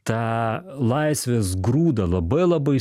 tą laisvės grūdą labai labai